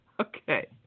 Okay